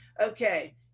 Okay